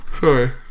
Sorry